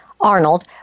Arnold